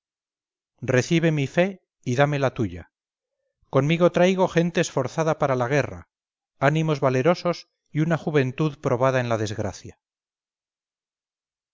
recibe mi fe y dame la tuya conmigo traigo gente esforzada para la guerra ánimos valerosos y una juventud probada en la desgracia